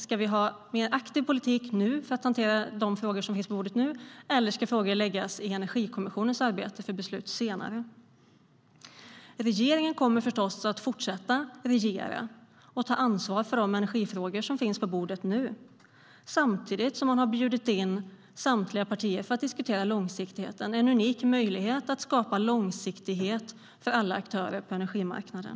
Ska vi ha en mer aktiv politik nu för att hantera de frågor som finns på bordet nu, eller ska frågor läggas i Energikommissionens arbete för beslut senare? Regeringen kommer förstås att fortsätta regera och ta ansvar för de energifrågor som finns på bordet nu, samtidigt som man har bjudit in samtliga partier för att diskutera långsiktigheten. Det finns en unik möjlighet att skapa långsiktighet för alla aktörer på energimarknaden.